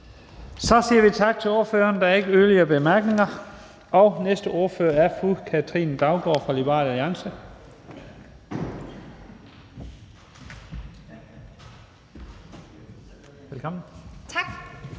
Så siger vi tak til ordføreren. Der er ikke yderligere korte bemærkninger, og næste ordfører er fru Katrine Daugaard fra Liberal Alliance.